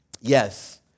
Yes